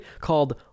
called